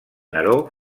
neró